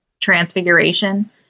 Transfiguration